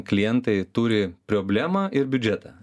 klientai turi problemą ir biudžetą